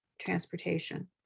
transportation